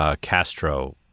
Castro